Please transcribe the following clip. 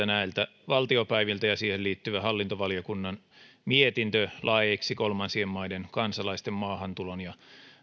näiltä valtiopäiviltä ja siihen liittyvä hallintovaliokunnan mietintö laeiksi kolmansien maiden kansalaisten maahantulon ja